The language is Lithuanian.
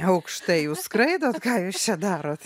aukštai jūs skraidot ką jūs čia darot